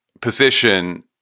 position